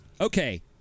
okay